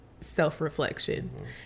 self-reflection